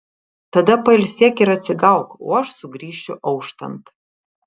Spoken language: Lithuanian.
tada pailsėk ir atsigauk o aš sugrįšiu auštant